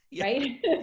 Right